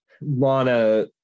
Lana